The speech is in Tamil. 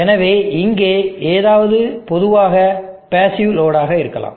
எனவே இங்கே ஏதாவது பொதுவான பேசிவ் லோடு ஆக இருக்கலாம்